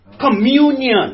communion